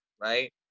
right